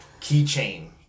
keychain